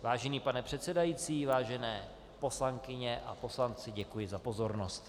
Vážený pane předsedající, vážené poslankyně a poslanci, děkuji za pozornost.